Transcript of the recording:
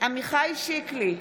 עמיחי שיקלי,